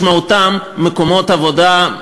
משמעותן מקומות עבודה,